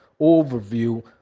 overview